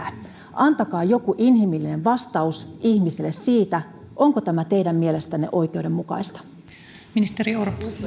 antakaa jokin inhimillinen vastaus ihmisille siihen onko tämä teidän mielestänne oikeudenmukaista